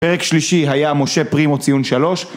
פרק שלישי היה משה פרימו ציון 3